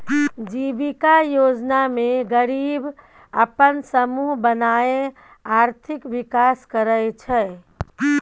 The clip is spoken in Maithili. जीबिका योजना मे गरीब अपन समुह बनाए आर्थिक विकास करय छै